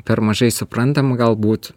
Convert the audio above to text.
per mažai suprantam galbūt